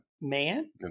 man